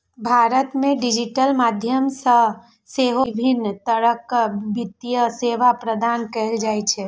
भारत मे डिजिटल माध्यम सं सेहो विभिन्न तरहक वित्तीय सेवा प्रदान कैल जाइ छै